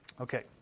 Okay